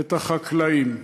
את החקלאים.